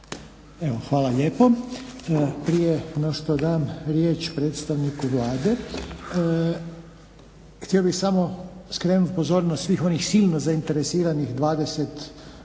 hvala lijepo. Prije no što dam riječ predstavniku Vlade, htio bi samo skrenut pozornost svih onih silno zainteresiranih 20